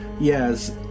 Yes